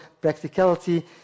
practicality